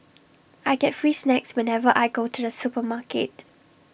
I get free snacks whenever I go to the supermarket